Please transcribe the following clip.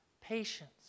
patience